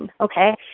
okay